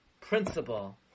principle